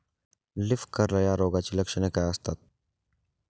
Leaf curl या रोगाची लक्षणे काय असतात?